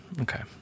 Okay